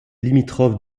limitrophe